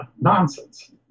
nonsense